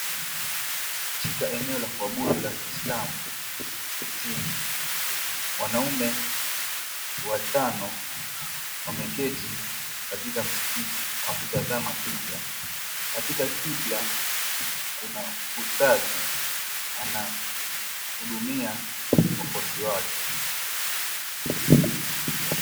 Katika eneo la kuabudu la Kiislamu msikitini, wanaume watano wameketi katika msikiti wakitazama qibla, katika qibla kuna ustadh anahudumia wafuasi wake.